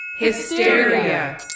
Hysteria